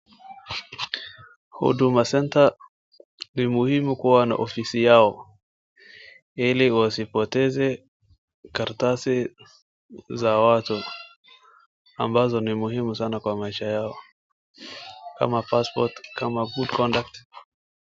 Huduma Center ni muhimu kuwa na ofisi yao, ili wasipoteze karatasi za watu ambazo ni muhimu sana kwa maisha yao, kama cs[passport] cs, cs [good conduct] cs .